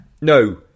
No